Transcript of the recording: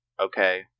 okay